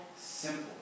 simple